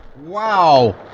Wow